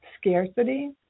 Scarcity